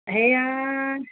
সেইয়া